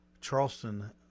Charleston